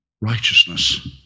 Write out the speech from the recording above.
righteousness